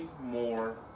more